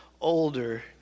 older